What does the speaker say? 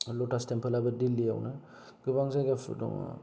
लटास टेम्पोलाबो दिल्लीआवनो गोबां जायगाफोर दङ